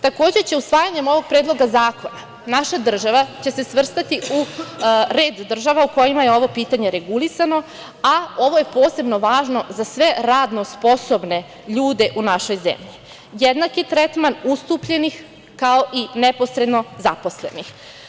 Takođe, usvajanjem ovog predloga zakona naša država će se svrstati u red država u kojima je ovo pitanje regulisano, a ovo je posebno važno za sve radno sposobne ljude u našoj zemlji, jednaki tretman ustupljenih, kao i neposredno zaposlenih.